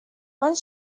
one